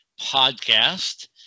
podcast